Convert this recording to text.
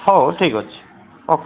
ହଉ ଠିକ୍ ଅଛି ଓ କେ